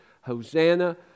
Hosanna